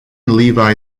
levy